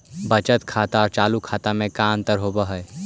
बचत खाता और चालु खाता में का अंतर होव हइ?